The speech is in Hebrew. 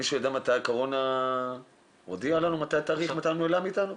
מישהו יודע מתי הקורונה הודיע על תאריך פרידה מאיתנו?